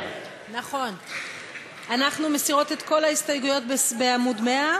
62, 47 מתנגדים, אין נמנעים.